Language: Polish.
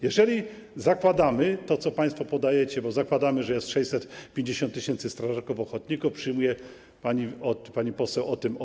Jeżeli zakładamy to, co państwo podajecie, bo zakładamy, że jest 650 tys. strażaków ochotników, przyjmuję, pani od pani poseł o tym mówiła.